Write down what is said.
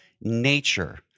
nature